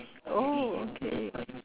oh okay